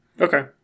Okay